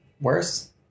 worse